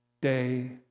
day